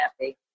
happy